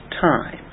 time